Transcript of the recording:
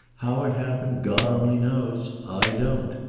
how it happened god only knows. i don't.